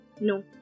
No